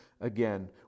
again